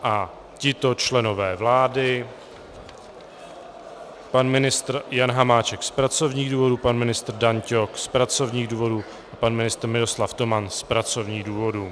A tito členové vlády: pan ministr Jan Hamáček z pracovních důvodů, pan ministr Dan Ťok z pracovních důvodů a pan ministr Miroslav Toman z pracovních důvodů.